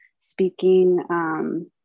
speaking